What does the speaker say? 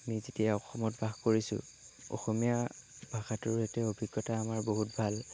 আমি যেতিয়া অসমত বাস কৰিছোঁ অসমীয়া ভাষাটোৰ ইয়াতে অভিজ্ঞতা আমাৰ বহুত ভাল